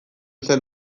zen